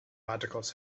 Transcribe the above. articles